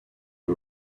she